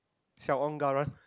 siao on garang